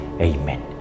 Amen